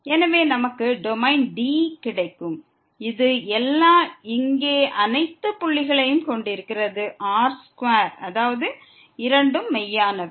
எனவே நமக்கு domain D கிடைக்கும் இது எல்லா இங்கே அனைத்து புள்ளிகளையும் கொண்டிருக்கிறது R2 அதாவது இரண்டும் மெய்யானவை